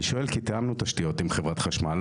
אני שואל כי תיאמנו תשתיות עם חברת חשמל,